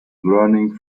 learning